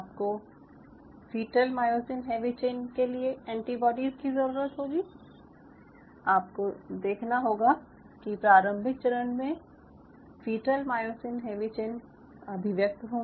आपको fetal myosin heavy chain के लिए एंटीबाडीज की ज़रूरत होगी आपको देखना होगा कि प्रारंभिक चरण में फीटल मायोसिन हैवी चेन अभिव्यक्त होंगी